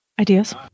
Ideas